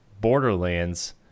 Borderlands